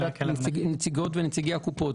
נציגות ונציגי הקופות,